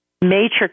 matrix